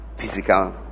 physical